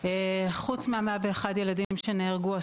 חוץ מה-101 ילדים שנהרגו,